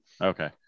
Okay